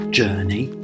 journey